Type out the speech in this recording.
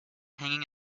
hanging